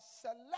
select